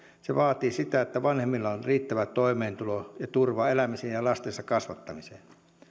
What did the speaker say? se vaatii sitä että vanhemmilla on riittävä toimeentulo ja turva elämiseen ja ja lastensa kasvattamiseen